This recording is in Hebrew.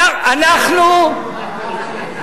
נו, נו, נו.